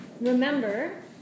remember